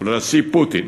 ולנשיא פוטין